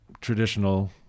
traditional